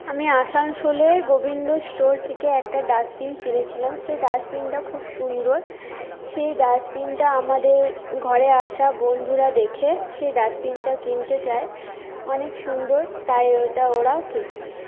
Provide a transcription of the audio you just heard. আমি আসানসোলে গোবিন্দ স্টোর কে একটা ডাস্টবিন কিনেছিলাম সেই ডাস্টবিনটা খুব সুন্দর সেই ডাস্টবিনটা আমাদের ঘরে আসা বন্ধুরা দেখে সেই ডাস্টবিনটা কিনতে চাই অনেক সুন্দর তাই ওটা ওরা কিনতে চাই